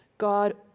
God